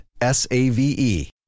S-A-V-E